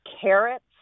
carrots